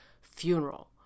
funeral